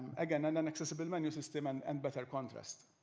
again, and an accessible menu system and and better contrast.